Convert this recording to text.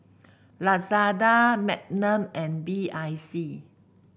Lazada Magnum and B I C